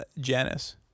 janice